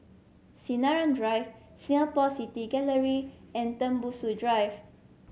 Sinaran Drive Singapore City Gallery and Tembusu Drive